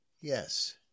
Yes